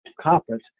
conference